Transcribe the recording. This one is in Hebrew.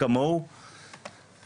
מה קורה עם התוכנית,